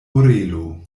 orelo